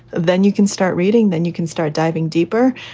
then you can start reading, then you can start diving deeper.